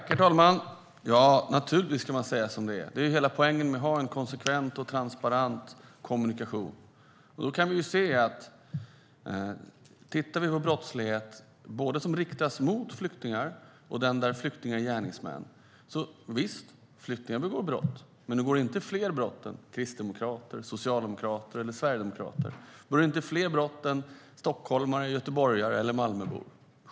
Herr talman! Naturligtvis ska man säga som det är. Det är ju hela poängen med att ha en konsekvent och transparent kommunikation. Den brottslighet som riktas mot flyktingar och brottslighet där flyktingar är gärningsmän begår flyktingar inte fler brott än kristdemokrater, socialdemokrater, sverigedemokrater, stockholmare, göteborgare eller Malmöbor.